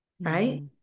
right